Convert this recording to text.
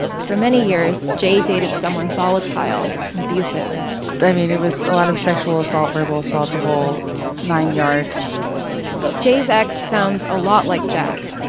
for many years, j dated someone volatile and abusive j i mean, it was a lot of sexual assault, verbal assault, the whole nine yards j's ex sounds a lot like jack.